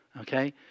okay